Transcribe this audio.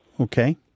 Okay